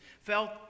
felt